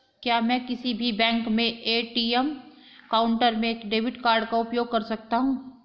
क्या मैं किसी भी बैंक के ए.टी.एम काउंटर में डेबिट कार्ड का उपयोग कर सकता हूं?